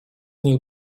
nich